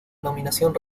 nominación